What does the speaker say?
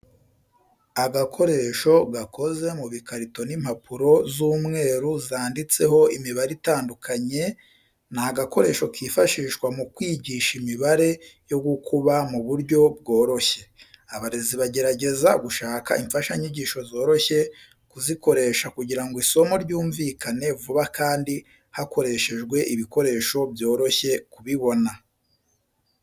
Agakoresho gakoze mu bikarito n'impapuro z'umweru zanditseho imibare itandukanye, ni agakoresho kifashishwa mu kwigisha imibare yo gukuba mu buryo bworoshye. Abarezi bagerageza gushaka imfashanyigisho zoroshye kuzikoresha kugira ngo isomo ryumvikane vuba kandi hakoreshejwe ibikoresho byoroshye kubibona.